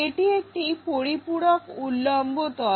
এটি একটি পরিপূরক উল্লম্ব তল